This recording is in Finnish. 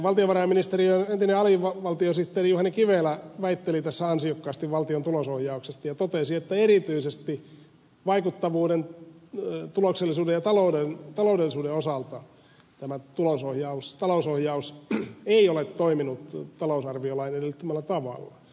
valtiovarainministeriön entinen alivaltiosihteeri juhani kivelä väitteli tässä ansiokkaasti valtion tulosohjauksesta ja totesi että erityisesti vaikuttavuuden tuloksellisuuden ja taloudellisuuden osalta talousohjaus ei ole toiminut talousarviolain edellyttämällä tavalla